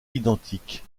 identiques